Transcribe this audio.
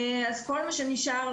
אז כל מה שנשאר,